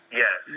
yes